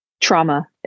trauma